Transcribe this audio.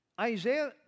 Isaiah